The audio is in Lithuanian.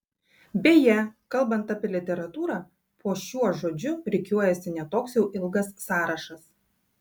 beje kalbant apie literatūrą po šiuo žodžiu rikiuojasi ne toks jau ilgas sąrašas